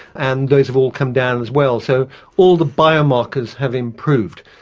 and those have all come down as well. so all the biomarkers have improved.